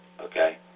okay